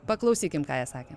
paklausykim ką jie sakė